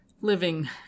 living